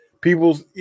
people's